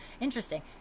interesting